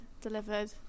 delivered